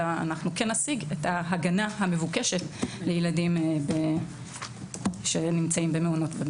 כך אנחנו נשיג את ההגנה המבוקשת לילדים שנמצאים במעונות.